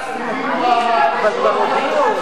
התנצלות.